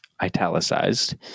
italicized